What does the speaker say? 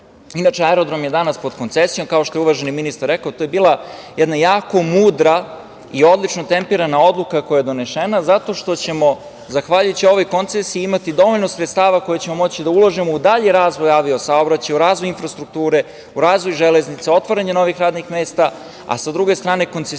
Inače, aerodrom je danas pod koncesijom, kao što je uvaženi ministar rekao. To je bila jedna jako mudra i odlično tempirana odluka koja je donesena, zato što ćemo, zahvaljujući ovoj koncesiji, imati dovoljno sredstava koja ćemo moći da uložimo u dalji razvoj avio-saobraćaja, u razvoj infrastrukture, u razvoj železnice, otvaranje novih radnih mesta, a sa druge strane koncesionar